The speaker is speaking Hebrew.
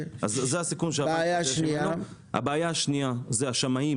הבעיה השנייה זה השמאים